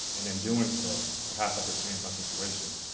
and in doing so, perhaps i could change my situation.